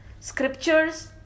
scriptures